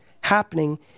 happening